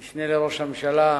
המשנה לראש הממשלה,